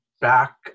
back